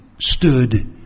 stood